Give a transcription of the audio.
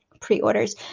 pre-orders